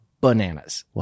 bananas